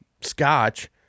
scotch